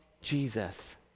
Jesus